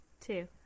Two